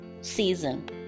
season